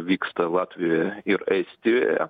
vyksta latvijoje ir estijoje